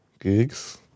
gigs